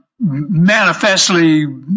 manifestly